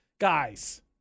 Guys